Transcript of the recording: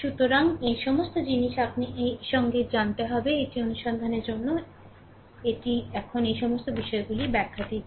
সুতরাং এই সমস্ত জিনিস আপনি এই সঙ্গে জানতে হবে এটি অনুসন্ধানের জন্য এটি এখন এই সমস্ত বিষয়গুলির ব্যাখ্যাটির জন্য